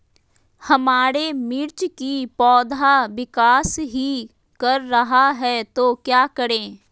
हमारे मिर्च कि पौधा विकास ही कर रहा है तो क्या करे?